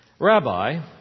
Rabbi